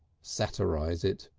satirise it.